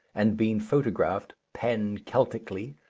and been photographed pan-keltically,